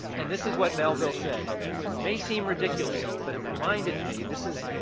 and this is what melville said. it may seem ridiculous, but it reminded me. this is